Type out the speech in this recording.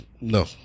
no